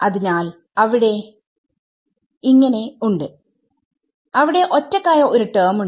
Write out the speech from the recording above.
അതിനാൽ അവിടെ ഉണ്ട് അവിടെ ഒറ്റക്കായ ഒരു ടെർമ് ഉണ്ട്